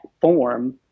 form